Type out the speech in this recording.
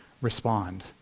respond